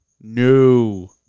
No